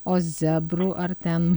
o zebrų ar ten